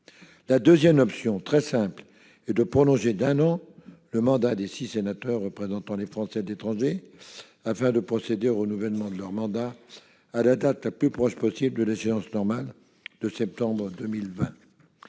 La deuxième solution, très simple, est de prolonger d'un an le mandat de ces six sénateurs représentant les Français de l'étranger, afin de procéder au renouvellement de leur mandat à la date la plus proche possible de l'échéance normale, à savoir septembre 2020.